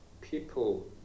people